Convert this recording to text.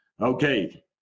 Okay